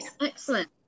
excellent